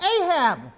Ahab